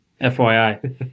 FYI